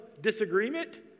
disagreement